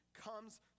comes